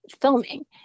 filming